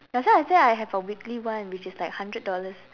that's why I say I have a weekly one which is like hundred dollars